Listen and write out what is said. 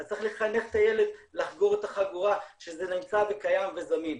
אז צריך לחנך את הילד לחגור את החגורה שזה נמצא וקיים וזמין.